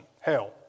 hell